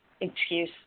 excuse